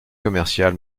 commercial